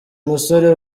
musore